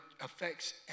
affects